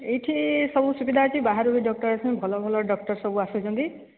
ଏଇଠି ସବୁ ସୁବିଧା ଅଛି ବାହାରୁ ବି ଡକ୍ଟର ଆସନ୍ତି ଭଲ ଭଲ ଡକ୍ଟର ସବୁ ଆସୁଛନ୍ତି